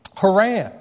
Haran